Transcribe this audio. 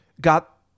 got